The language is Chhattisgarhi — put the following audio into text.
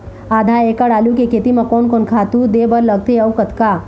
आधा एकड़ आलू के खेती म कोन कोन खातू दे बर लगथे अऊ कतका?